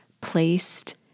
placed